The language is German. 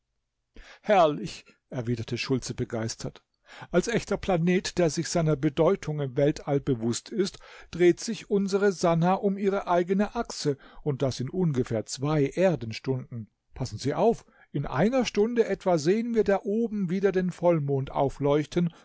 herrlich erwiderte schultze begeistert als echter planet der sich seiner bedeutung im weltall bewußt ist dreht sich unsre sannah um ihre eigene achse und das in ungefähr zwei erdenstunden passen sie auf in einer stunde etwa sehen wir da oben wieder den vollmond aufleuchten